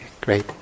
great